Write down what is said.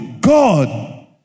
God